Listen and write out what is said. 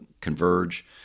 converge